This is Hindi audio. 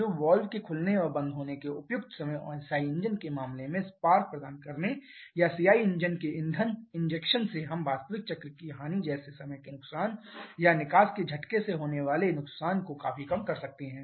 तो वाल्व के खुलने और बंद होने के उपयुक्त समय और एसआई इंजन के मामले में स्पार्क प्रदान करने या सीआई इंजन के ईंधन इंजेक्शन से हम वास्तविक चक्र की हानि जैसे समय के नुकसान या निकास के झटके से होने वाले नुकसान को काफी कम कर सकते हैं